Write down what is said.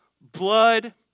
blood